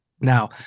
Now